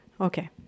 Okay